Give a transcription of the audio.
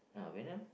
ah Venom